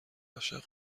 عاشق